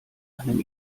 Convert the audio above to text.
einem